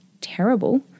terrible